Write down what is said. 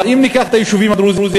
אבל אם ניקח את היישובים הדרוזיים,